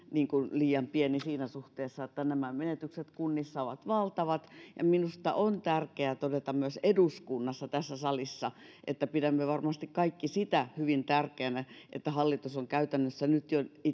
liian pieni siinä suhteessa että nämä menetykset kunnissa ovat valtavat minusta on tärkeää todeta myös eduskunnassa tässä salissa että pidämme varmasti kaikki hyvin tärkeänä sitä että hallitus on käytännössä nyt jo